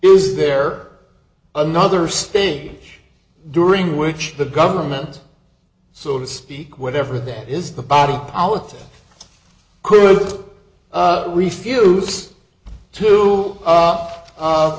is there another stage during which the government so to speak whatever that is the body politic could refuse to u